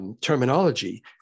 Terminology